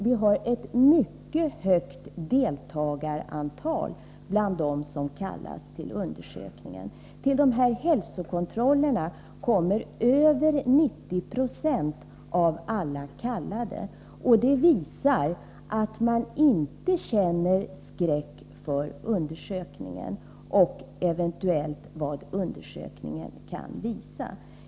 Det finns ett mycket högt deltagarantal bland dem som kallas till undersökning. Till dessa hälsokontroller kommer över 90 90 av alla kallade, och det visar att man inte känner skräck för undersökningen eller för vad undersökningen eventuellt kan utvisa.